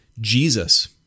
Jesus